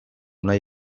nahi